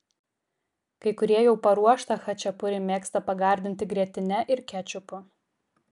kai kurie jau paruoštą chačapuri mėgsta pagardinti grietine ir kečupu